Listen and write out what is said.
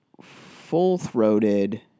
full-throated